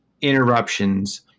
interruptions